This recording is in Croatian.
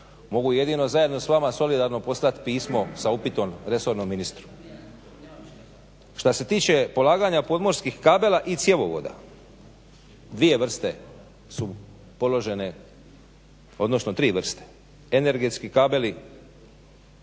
Mogu jedino zajedno s vama solidarno poslati pismo sa upitom resornom ministru. Šta se tiče polaganja podmorskih kabela i cjevovoda, dvije vrste su položene, odnosno tri vrste, energetski kabeli,